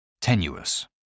tenuous